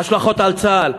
ההשלכות על צה"ל,